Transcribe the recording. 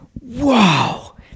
Wow